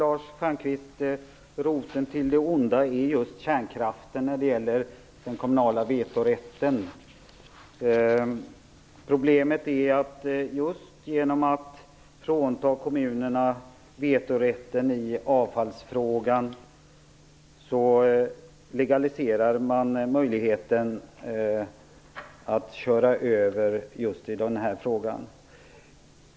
Fru talman! Roten till det onda är just kärnkraften när det gäller den kommunala vetorätten, Lars Problemet är att man genom att frånta kommunerna vetorätten i avfallsfrågan legaliserar möjligheten att köra över dem just i den här frågan.